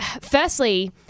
firstly